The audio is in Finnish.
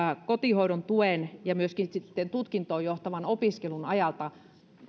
kotihoidon tuen ja myöskin tutkintoon johtavan opiskelun ajalta